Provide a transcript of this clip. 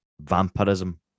Vampirism